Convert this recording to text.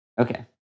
Okay